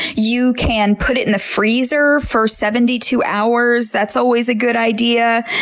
you can put it in the freezer for seventy two hours. that's always a good idea.